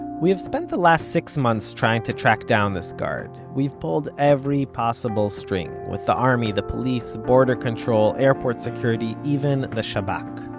we have spent the last six months trying to track down this guard. we've pulled every possible string with the army, the police, border control, airport security, even the shabak.